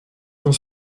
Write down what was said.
dans